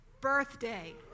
birthday